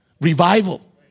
Revival